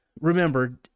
Remember